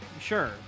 sure